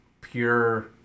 pure